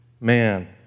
man